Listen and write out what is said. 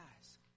ask